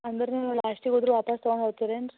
ಅಂದ್ರುನು ಲಾಸ್ಟಿಗೆ ಉಳ್ದ್ರೆ ವಾಪಸ್ಸು ತಗೊಂಡು ಹೊತಿರೇನು ರೀ